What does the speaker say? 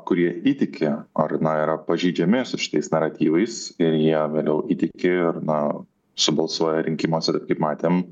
kurie įtiki ar na yra pažeidžiami su šitais naratyvais ir jie vėliau įtiki ir na subalsuoja rinkimuose į matėm